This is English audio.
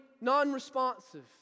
non-responsive